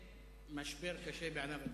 למשבר קשה בענף התקשורת.